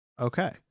Okay